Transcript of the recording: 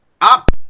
up